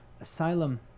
Asylum